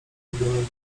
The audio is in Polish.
problemem